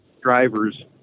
drivers